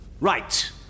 Right